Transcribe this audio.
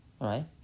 right